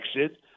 exit